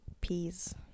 peas